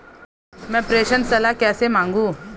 मैं प्रेषण सलाह कैसे मांगूं?